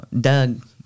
Doug